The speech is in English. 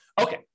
Okay